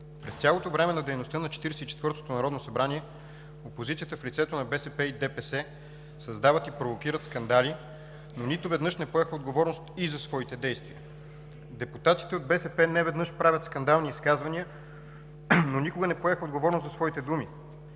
През цялото време на дейността на 44-тото народно събрание опозицията в лицето на БСП и ДПС създава и провокира скандали, но нито веднъж не пое отговорност за своите действия. Депутатите от БСП неведнъж правят скандални изказвания, но никога не поеха отговорност за своите думи.